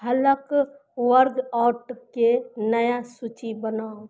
हलक वर्गआउटके नया सूची बनाउ